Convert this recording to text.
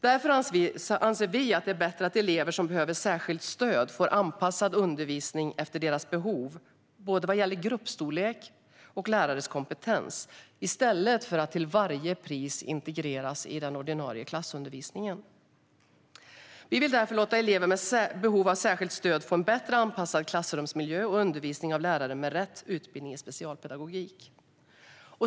Därför anser vi att det är bättre att elever som behöver särskilt stöd får anpassad undervisning efter sina behov, både vad gäller gruppstorlek och lärares kompetens, i stället för att till varje pris integreras i den ordinarie klassundervisningen. Vi vill därför låta elever med behov av särskilt stöd få en bättre anpassad klassrumsmiljö och undervisning av lärare med rätt utbildning i specialpedagogik.